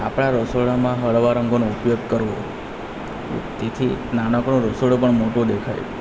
આપણા રસોડામાં હળવા રંગોનો ઉપયોગ કરવો તેથી નાનકડું રસોડું પણ મોટું દેખાય